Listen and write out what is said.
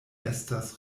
estas